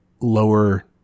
lower